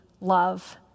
love